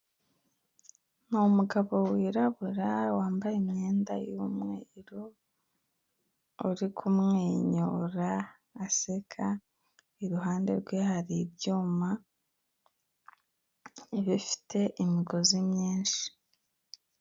Ni umugabo wirabura wambaye imyenda y'umweru uri kumwenyura aseka iruhande rwe hari ibyuma bifite imigozi myinshi.